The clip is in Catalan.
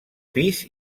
pis